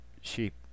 Sheep